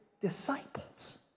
disciples